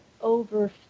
over